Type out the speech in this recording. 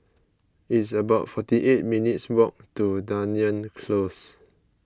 it's about forty eight minutes' walk to Dunearn Close